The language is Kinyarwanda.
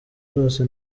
zose